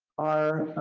are